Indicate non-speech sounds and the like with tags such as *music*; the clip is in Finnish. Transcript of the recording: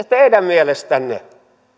*unintelligible* teidän mielestänne